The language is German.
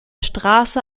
straße